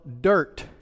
dirt